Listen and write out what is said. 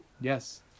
Yes